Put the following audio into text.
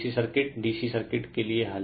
हमारे पास DC circuit के लिए हल है